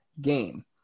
game